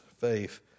faith